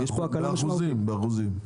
באחוזים.